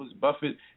Buffett